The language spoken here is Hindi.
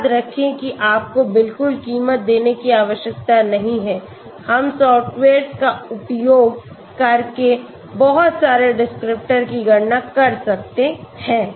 याद रखें कि आपको बिल्कुल क़ीमत देने की आवश्यकता नहीं है हम सॉफ्टवेयर्स का उपयोग करके बहुत सारे डिस्क्रिप्टर की गणना कर सकते हैं